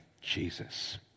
Jesus